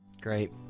Great